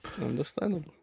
Understandable